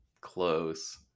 close